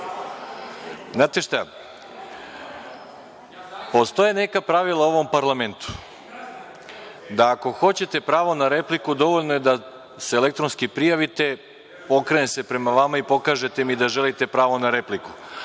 moja.)Znate šta, postoje neka pravila u ovom parlamentu, da ako hoćete pravo na repliku, dovoljno je da se elektronski prijavite, okrenem se prema vama i pokažete mi da želite pravo na repliku,